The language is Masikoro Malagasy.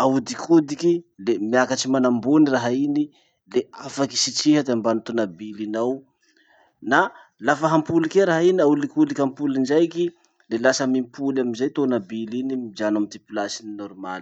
aodikodiky le miakatsy manambony raha iny, le afaky isitriha ty ambany tomabily iny ao. Na lafa hampoly kea raha iny, aolikoliky ampoly ndraiky, le lasa mipoly amizay tomabily iny mijano amy ty place-ny normaly.